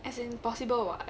as in possible [what]